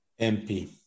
MP